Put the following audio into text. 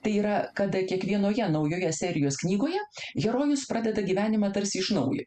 tai yra kada kiekvienoje naujoje serijos knygoje herojus pradeda gyvenimą tarsi iš naujo